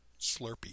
Slurpee